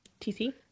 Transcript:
tc